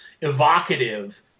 evocative